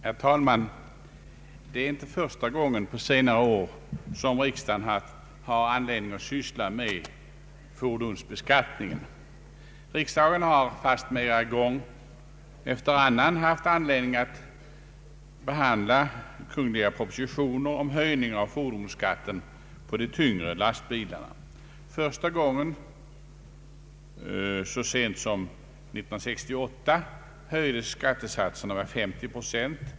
Herr talman! Detta är inte första gången på senare år som riksdagen haft anledning att syssla med fordonsbeskattningen. Riksdagen har fastmera gång efter annan haft att behandla kungl. propositioner om höjning av fordonsskatten på de tyngre lastbilarna. 1968 höjdes skattesatserna 50 procent.